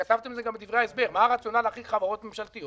וכתבתם את זה גם בדברי הסבר מה הרציונל מאחורי חברות ממשלתיות?